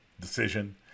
decision